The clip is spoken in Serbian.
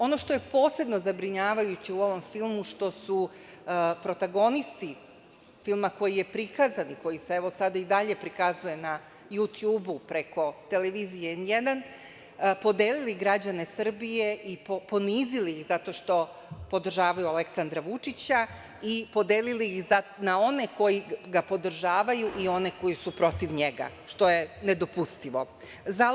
Ono što je posebno zabrinjavajuće u ovom filmu što su protagonisti filma koji je prikazan, koji se evo sada i dalje prikazuje na „jutjubu“, preko televizije N1, podelili građane Srbije i ponizili ih zato što podržavaju Aleksandra Vučića i podelili ih na one koji ga podržavaju i one koji su protiv njega, što je nedopustivo.